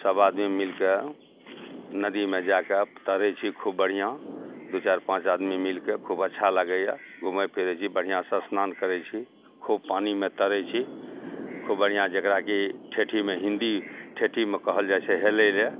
सभ आदमी मिलिके नदीमे जैके तैरै छी खूब बढ़िआँ दुइ चारि पाँच आदमी मिलिके खूब अच्छा लागैए घुमै फिरै छी बढ़िआँसे अस्नान करै छी खूब पानिमे तैरै छी खूब बढ़िआँ जकरा कि ठेठीमे हिन्दी ठेठीमे कहल जाए छै हेलैलए